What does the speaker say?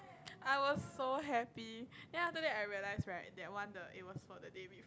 I was so happy ya then after that I realize right that one the it was for the day before